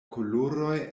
koloroj